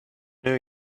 new